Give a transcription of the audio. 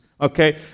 okay